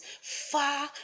Far